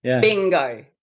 Bingo